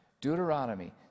Deuteronomy